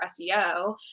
SEO